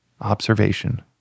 Observation